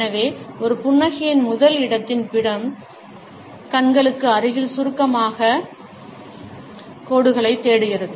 எனவே ஒரு புன்னகையின் முதல் இடத்தின் படம் குறிப்பு நேரம் 1912 கண்களுக்கு அருகில் சுருக்கக் கோடுகளைத் தேடுகிறது